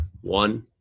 One